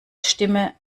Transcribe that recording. stimme